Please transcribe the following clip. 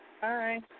Hi